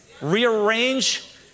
rearrange